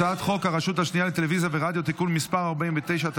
הצעת חוק הרשות השנייה לטלוויזיה ורדיו (תיקון מס' 49),